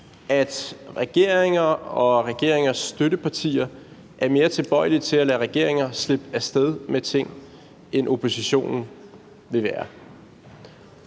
at regeringer og regeringers støttepartier er mere tilbøjelige til at lade regeringer slippe af sted med ting, end oppositionen vil være.